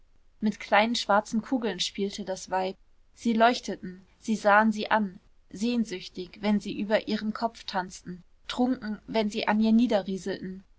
mit kleinen schwarzen kugeln spielte das weib sie leuchteten sie sahen sie an sehnsüchtig wenn sie über ihrem kopfe tanzten trunken wenn sie an ihr